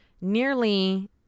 nearly